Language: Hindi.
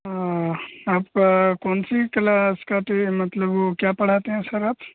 आप कौन सी क्लास का टी मतलब वो क्या पढ़ाते हैं सर आप